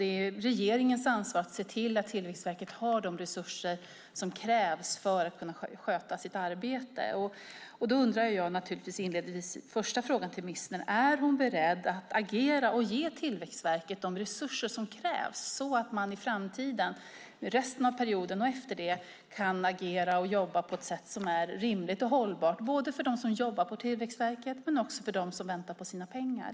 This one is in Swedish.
Det är regeringens ansvar att se till att Tillväxtverket har de resurser som krävs för att man ska kunna sköta sitt arbete. Min första fråga till ministern är: Är hon beredd att agera och ge Tillväxtverket de resurser som krävs så att man i framtiden, under resten av perioden och efter den, kan agera och jobba på ett sätt som är rimligt och hållbart både för dem som jobbar på Tillväxtverket och för dem som väntar på sina pengar?